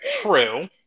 True